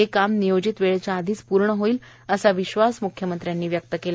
हे काम नियोजित वेळेच्या आधीच पूर्ण होईल असा विश्वास मुख्यमंत्र्यांनी व्यक्त केला